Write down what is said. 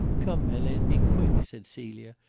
come, helene, be quick, said celia.